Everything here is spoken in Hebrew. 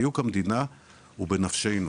דיוק המדידה הוא בנפשנו,